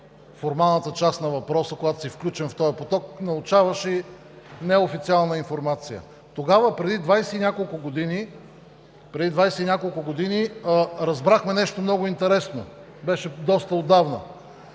формалната част на въпроса, когато си включен в този поток, научаваш и неофициална информация. Тогава, преди двадесет и няколко години, разбрахме нещо много интересно. Беше доста отдавна.